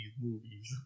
movies